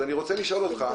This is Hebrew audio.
לכן אני רוצה לשאול אותך,